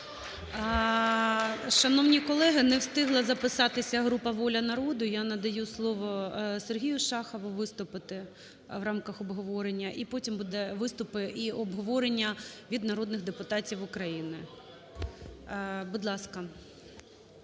Шановні колеги, не встигла записатися група "Воля народу". Я надаю слово Сергію Шахову виступити в рамках обговорення і потім будуть виступи і обговорення від народних депутатів України. Будь ласка.